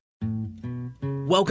Welcome